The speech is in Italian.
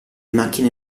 macchine